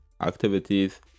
activities